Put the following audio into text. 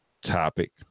topic